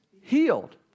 healed